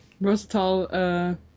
versatile